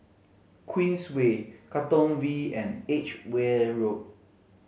Queensway Katong V and Edgware Road